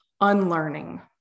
unlearning